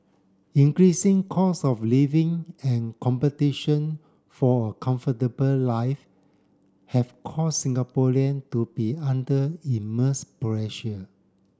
increasing costs of living and competition for a comfortable life have caused Singaporean to be under immense pressure